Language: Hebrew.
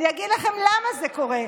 אני אגיד לכם למה זה קורה,